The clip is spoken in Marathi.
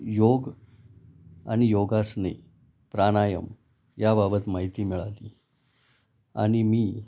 योग आणि योगासने प्राणायाम याबाबत माहिती मिळाली आणि मी